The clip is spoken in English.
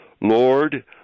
Lord